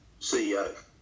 CEO